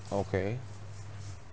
okay